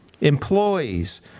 employees